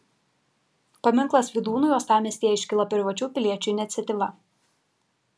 paminklas vydūnui uostamiestyje iškilo privačių piliečių iniciatyva